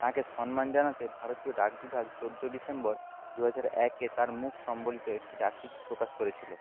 তাকে সম্মান জানাতে ভারতীয় ডাকবিভাগ চোদ্দো ডিসেম্বর দুহাজার একে তার মুখ সম্বলিত একটি ডাকটিকিট প্রকাশ করেছিলো